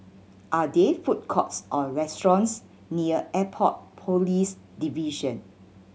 are there food courts or restaurants near Airport Police Division